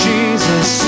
Jesus